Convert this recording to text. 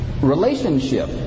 relationship